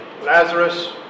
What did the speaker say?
Lazarus